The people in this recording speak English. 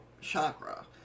chakra